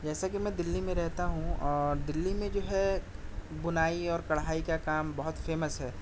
جیسا کہ میں دلّی میں رہتا ہوں اور دلّی میں جو ہے بُنائی اور کڑھائی کا کام بہت فیمس ہے